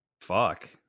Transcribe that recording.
Fuck